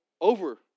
over